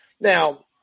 Now